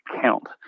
count